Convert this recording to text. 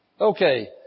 Okay